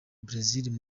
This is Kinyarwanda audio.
brazzaville